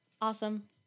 Awesome